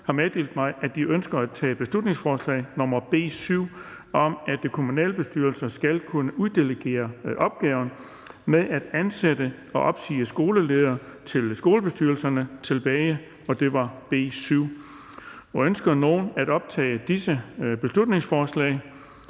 har meddelt mig, at de ønsker at tage følgende forslag tilbage: Forslag til folketingsbeslutning om, at kommunalbestyrelser skal kunne uddelegere opgaven med at ansætte og opsige skoleledere til skolebestyrelserne. (Beslutningsforslag nr. B 7). Ønsker nogen at optage disse beslutningsforslag?